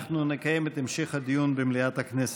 אנחנו נקיים את המשך הדיון במליאת הכנסת.